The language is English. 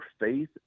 faith